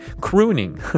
crooning